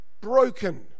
broken